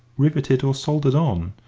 riveted or soldered on,